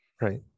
right